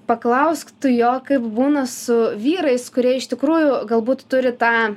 paklausk tu jo kaip būna su vyrais kurie iš tikrųjų galbūt turi tą